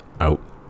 out